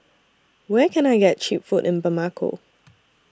Where Can I get Cheap Food in Bamako